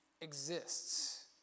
exists